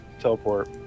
teleport